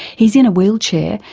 he's in a wheelchair,